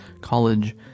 college